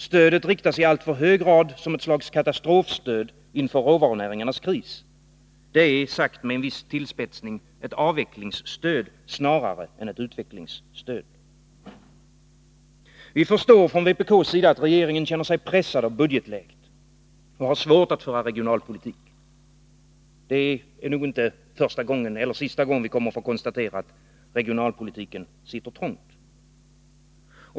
Stödet riktas i alltför hög grad som ett slags katastrofstöd inför råvarunäringarnas kris. Det är, sagt med en viss tillspetsning, ett avvecklingsstöd snarare än ett utvecklingsstöd. Vi förstår från vpk:s sida att regeringen känner sig pressad av budgetläget och har svårt att föra regionalpolitik. Det är nog inte sista gången vi får konstatera att regionalpolitiken sitter trångt.